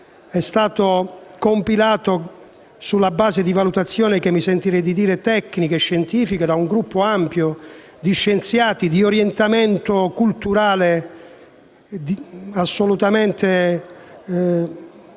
è stato compilato sulla base di valutazioni, che mi sentirei di definire tecniche, scientifiche, da un gruppo ampio di scienziati di orientamento culturale assolutamente vasto,